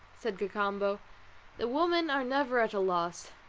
said cacambo the women are never at a loss,